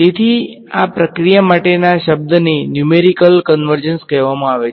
તેથી આ પ્રક્રિયા માટેના શબ્દને ન્યુમેરીકલ કન્વર્જન્સ કહેવામાં આવે છે